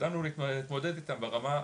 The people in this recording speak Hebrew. שידענו להתמודד איתם ברמה הנקודתית.